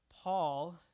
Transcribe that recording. Paul